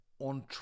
on